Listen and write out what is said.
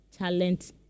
Talent